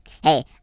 Hey